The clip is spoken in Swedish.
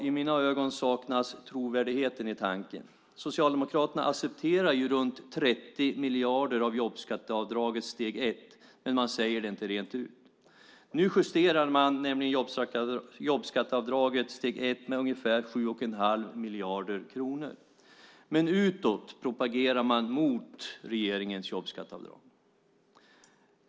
I mina ögon saknas trovärdigheten i tanken. Socialdemokraterna accepterar runt 30 miljarder av jobbskatteavdragets steg ett, men de säger det inte rent ut. Nu justerar de nämligen jobbskatteavdragets steg ett med ungefär 7,5 miljarder kronor, men utåt propagerar de mot regeringens jobbskatteavdrag.